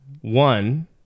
One